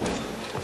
שאומרת